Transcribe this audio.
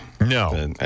No